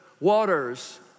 waters